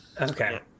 Okay